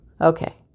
Okay